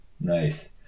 Nice